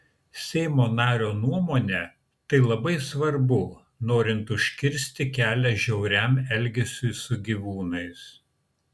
seimo nario nuomone tai labai svarbu norint užkirsti kelią žiauriam elgesiui su gyvūnais